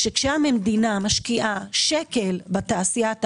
שכשהמדינה משקיעה שקל בתעשיית ההייטק,